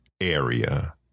area